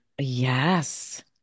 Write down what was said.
Yes